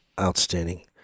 Outstanding